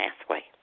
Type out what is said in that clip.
pathway